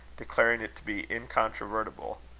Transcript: declaring it to be incontrovertible.